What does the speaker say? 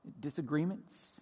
disagreements